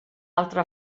altra